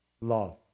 love